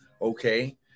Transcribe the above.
okay